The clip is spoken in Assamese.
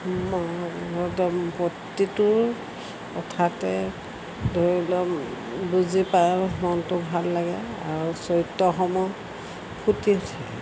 প্ৰতিটো কথাতে ধৰি ল'ম বুজি পাইও মনটো ভাল লাগে আৰু চৰিত্ৰসমূহ ফুটি উঠে